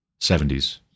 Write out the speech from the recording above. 70s